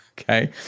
okay